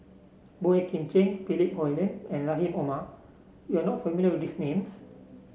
Boey Kim Cheng Philip Hoalim and Rahim Omar you are not familiar with these names